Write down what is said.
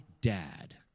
dad